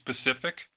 specific